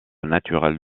naturelle